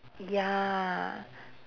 ya